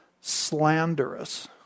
slanderous